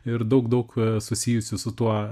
ir daug daug susijusių su tuo